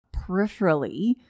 peripherally